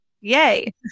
Yay